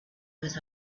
was